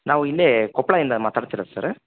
ನಾವು ಇಲ್ಲೆ ಕೊಪ್ಪಳಯಿಂದ ಮಾತಾಡ್ತಿರದು ಸರ